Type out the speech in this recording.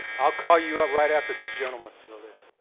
i'll call you up right after this gentleman lilia.